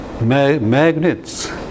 magnets